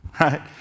right